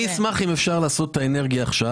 אני מאגף התקציבים במשרד האוצר.